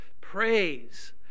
praise